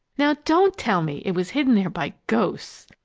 now don't tell me it was hidden there by ghosts!